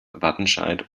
wattenscheid